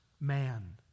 man